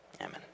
amen